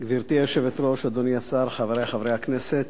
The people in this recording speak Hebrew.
גברתי היושבת-ראש, אדוני השר, חברי חברי הכנסת,